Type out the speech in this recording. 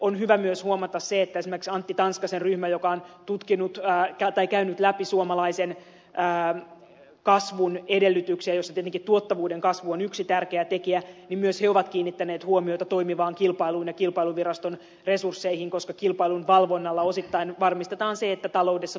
on hyvä myös huomata se että esimerkiksi antti tanskasen ryhmä joka on käynyt läpi suomalaisen kasvun edellytyksiä joissa tietenkin tuottavuuden kasvu on yksi tärkeä tekijä myös on kiinnittänyt huomiota toimivaan kilpailuun ja kilpailuviraston resursseihin koska kilpailun valvonnalla osittain varmistetaan se että taloudessa